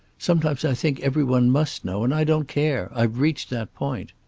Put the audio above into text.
sometimes i think every one must know. and i don't care. i've reached that point.